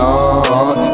on